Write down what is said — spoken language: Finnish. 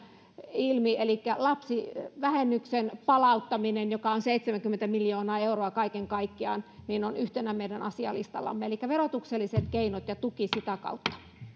ilmi elikkä lapsivähennyksen palauttaminen joka on seitsemänkymmentä miljoonaa euroa kaiken kaikkiaan on yhtenä meidän asialistallamme elikkä verotukselliset keinot ja tuki sitä kautta